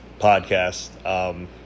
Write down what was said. podcast